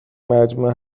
مجموعه